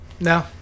No